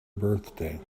birthday